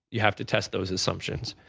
you have to test those assumptions.